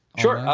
sure,